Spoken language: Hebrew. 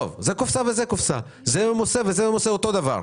זה ממוסה וזה ממוסה, אותו הדבר.